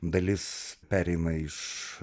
dalis perėjimai iš